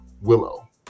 Willow